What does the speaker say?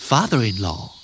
Father-in-law